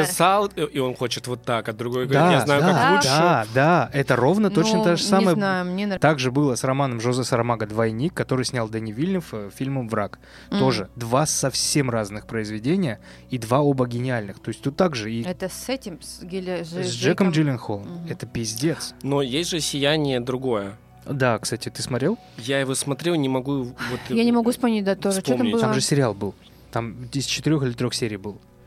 написал, и он хочет вот так, а другой говорит, «Я Да, знаю, как да, лучше». да, да. Это ровно точно Ну, то же не самое. знаю, мне нравится. Так же было с романом Жозе Сарамаго «Двойник», который снял Дэнни Вильнев, э, фильмом «Враг». Мгм. Тоже два совсем разных произведения и два оба гениальных. То есть тут также и- Это с этим, с Гили- с С Джеком Джеком Джилленхолом. Джилленхолом. Мгм. Это пиздец. Но есть же «Сияние» другое. Да, кстати, ты смотрел? Я его смотрел, не могу, вот, Я не могу вспомнить, да, вспомнить. тоже. Чё там Там было? же сериал был. Там из четырёх или трёх серий был.